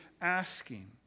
asking